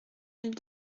mille